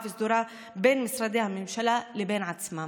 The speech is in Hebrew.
וסדורה בין משרדי הממשלה לבין עצמם.